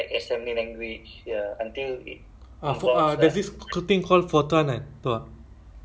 then what ni apa this there's this language namanya C hash eh apa C hash eh is it